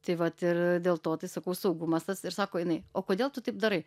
tai vat ir dėl to tai sakau saugumas tas ir sako jinai o kodėl tu taip darai